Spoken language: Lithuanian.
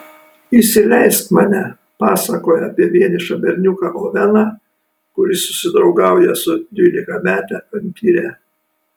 įsileisk mane pasakoja apie vienišą berniuką oveną kuris susidraugauja su dvylikamete vampyre